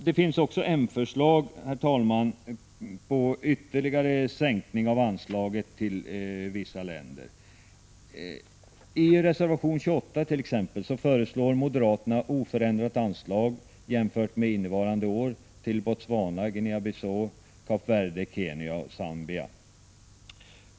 Det finns också, herr talman, ett m-förslag om ytterligare sänkning av anslaget till vissa länder. I reservation 27 föreslår moderaterna oförändrat anslag jämfört med innevarande års anslag till Botswana, Guinea Bissau, Indien, Kap Verde, Kenya och Zambia.